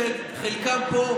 שחלקם פה,